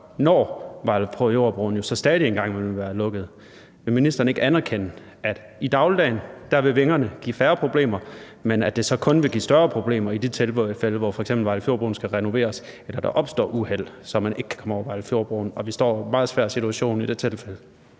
når Vejlefjordbroen jo så stadig væk en gang imellem vil være lukket? Vil ministeren ikke anerkende, at i dagligdagen vil vingerne give færre problemer, men at det så kun vil give større problemer i de tilfælde, hvor f.eks. Vejlefjordbroen skal renoveres eller der opstår uheld, så man ikke kan komme over Vejlefjordbroen, og at vi står i en meget svær situation i det tilfælde?